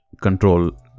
control